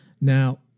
Now